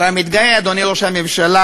אתה מתגאה, אדוני ראש הממשלה,